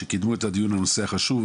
על שקידמו את הדיון בנושא החשוב.